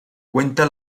cuenta